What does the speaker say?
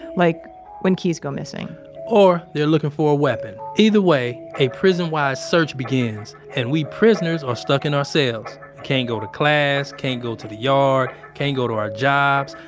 like when keys go missing or they're looking for a weapon. either way, a prison-wide search begins and we prisoners are stuck in our cells can't go to class, can't go to the yard, can't go to our jobs.